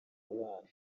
abana